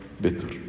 better